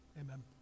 amen